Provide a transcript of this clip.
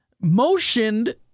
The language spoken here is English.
motioned